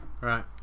Right